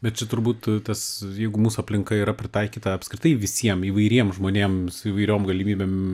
bet čia turbūt tas jeigu mūsų aplinka yra pritaikyta apskritai visiem įvairiem žmonėm su įvairiom galimybėm